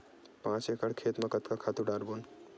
पांच एकड़ खेत म कतका खातु डारबोन?